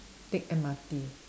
take M_R_T